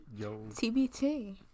tbt